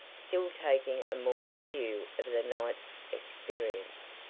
still taking a morbid view of the night's experience.